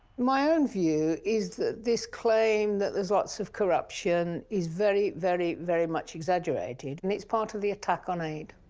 my own view is that this claim that there's lots of corruption is very, very, very much exaggerated and it's part of the attack on aid.